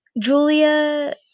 Julia